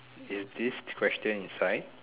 is this question inside